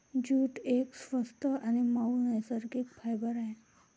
jute एक स्वस्त आणि मऊ नैसर्गिक फायबर आहे